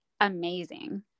amazing